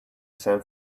san